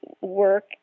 work